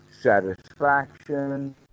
satisfaction